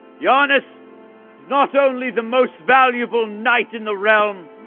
yeah ah giannis is not only the most valuable knight in the realm.